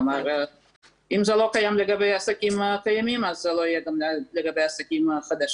אם זה לא קיים לגבי העסקים הקיימים זה לא יהיה גם לגבי עסקים חדשים.